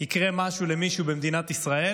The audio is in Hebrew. יקרה משהו למישהו במדינת ישראל,